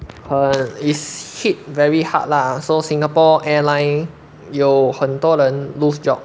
很 is hit very hard lah so singapore airline 有很多人 lose job